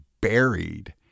buried